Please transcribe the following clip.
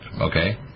okay